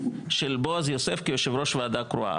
של בועז יוסף כיושב ראש ועדה קרואה.